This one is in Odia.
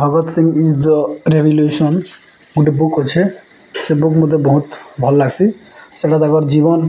Bhagat Singh is the revolution ଗୋଟେ ବୁକ୍ ଅଛେ ସେ ବୁକ୍ ମୋତେ ବହୁତ ଭଲ୍ ଲାଗ୍ସି ସେଟା ତାକର୍ ଜୀବନ୍